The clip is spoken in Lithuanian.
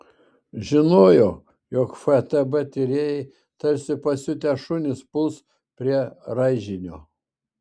žinojo jog ftb tyrėjai tarsi pasiutę šunys puls prie raižinio